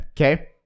Okay